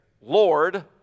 Lord